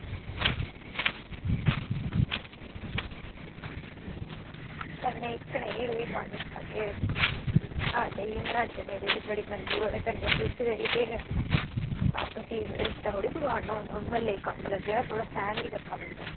कन्नै इक्क नेईं रेही पानी अग्गें ते एह् बी मरहाजै मेरे दी बड़ी बनदी ओह्दे कन्नै उत्थें जाइयै केह् करना आपस च कोई रिश्ता थोह्ड़े ना बिगाड़ना पौंदा हून म्हल्लै च कम्म लग्गे दा आपूं गै सैह्न करना पौंदा